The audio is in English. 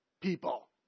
people